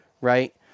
right